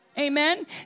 Amen